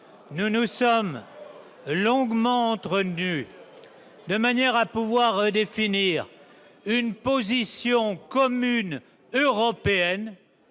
Nous nous sommes longuement entretenus afin de définir une position commune européenne